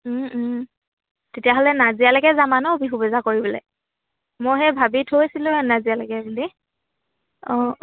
তেতিয়াহ'লে নাজিৰালৈকে যাম আৰু ন বিহু বজাৰ কৰিবলৈ মই সেই ভাবি থৈছিলোঁ নাজিৰালৈকে বুলি অঁ